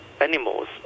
animals